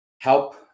help